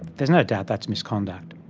there's no doubt that's misconduct.